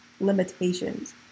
limitations